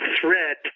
threat